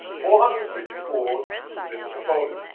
four hundred and sixty wars since napoleon.